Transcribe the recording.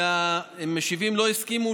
והמשיבים לא הסכימו,